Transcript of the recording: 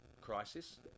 crisis